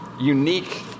unique